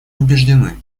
убеждены